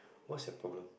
what's your problem